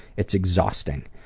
it's exhausting.